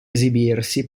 esibirsi